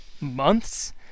months